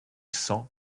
cent